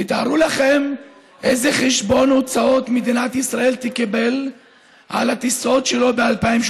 תארו לכם איזה חשבון הוצאות מדינת ישראל תקבל על הטיסות שלו ב-2018,